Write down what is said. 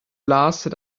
lasted